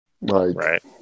Right